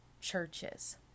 churches